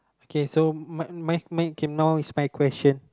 okay so my my my okay now is my question